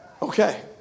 Okay